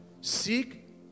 Seek